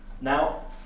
Now